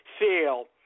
sale